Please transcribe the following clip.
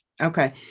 Okay